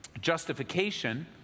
justification